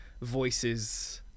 voices